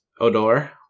Odor